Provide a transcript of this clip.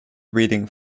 reading